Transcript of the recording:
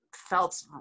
felt